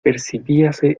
percibíase